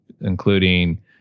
including